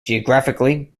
geographically